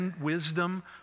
wisdom